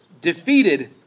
defeated